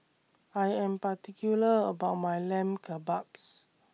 I Am particular about My Lamb Kebabs